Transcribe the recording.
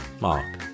Mark